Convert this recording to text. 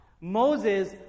Moses